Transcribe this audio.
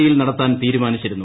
ഇയിൽ നടത്താൻ തീരുമാനിച്ചിരുന്നു